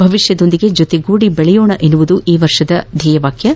ಭವಿಷ್ಯದೊಂದಿಗೆ ಜೊತೆಗೂಡಿ ಬೆಳೆಯೋಣ ಎಂಬುದು ಈ ವರ್ಷದ ಧ್ಯೆಯವಾಗಿದೆ